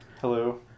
Hello